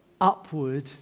upward